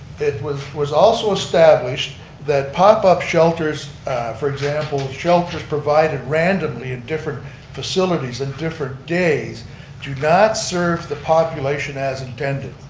it was was also established that pop-up shelters for example shelters provided randomly in different facilities in different days do not serve the population as intended.